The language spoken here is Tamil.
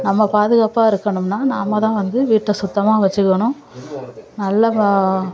நம்ம பாதுகாப்பாக இருக்கணும்னா நாம் தான் வந்து வீட்டை சுத்தமாக வச்சுக்கணும் நல்லா ப